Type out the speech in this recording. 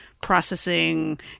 processing